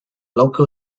local